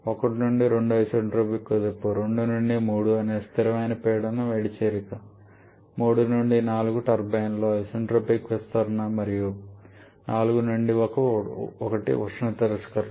1 నుండి 2 ఐసెన్ట్రోపిక్ కుదింపు 2 నుండి 3 అనేది స్థిరమైన పీడన వేడి చేరిక 3 నుండి 4 టర్బైన్లో ఐసెన్ట్రోపిక్ విస్తరణ మరియు 4 నుండి 1 ఉష్ణ తిరస్కరణ